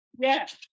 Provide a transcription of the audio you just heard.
Yes